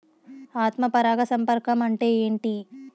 ఆత్మ పరాగ సంపర్కం అంటే ఏంటి?